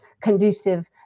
conducive